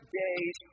days